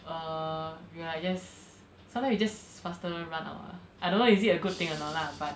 err we'll like just sometimes we just faster run out ah I don't whether is it a good thing or not lah but